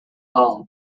hall